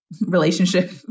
relationship